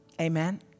Amen